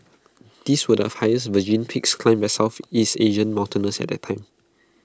these were the highest virgin peaks climbed by Southeast Asian mountaineers at the time